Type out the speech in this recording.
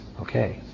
Okay